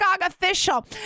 official